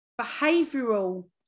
behavioural